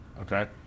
okay